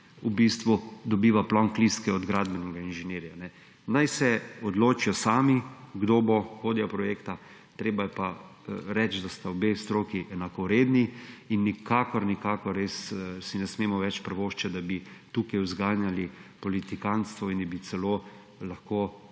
v bistvu dobiva plonk listke od gradbenega inženirja. Naj se odločijo sami, kdo bo vodja projekta. Treba je pa reči, da sta obe stroki enakovredni in nikakor, nikakor, si ne smemo več privoščiti, da bi tukaj zganjali politikantstvo in bi celo lahko